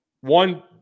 One